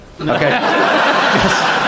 Okay